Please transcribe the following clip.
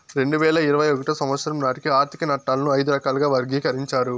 రెండు వేల ఇరవై ఒకటో సంవచ్చరం నాటికి ఆర్థిక నట్టాలను ఐదు రకాలుగా వర్గీకరించారు